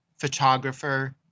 photographer